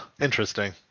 Interesting